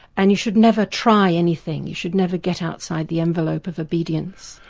and you should never try anything, you should never get outside the envelope of obedience.